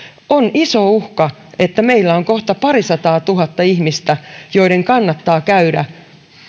on iso uhka että meillä on kohta parisataatuhatta ihmistä joiden kannattaa käydä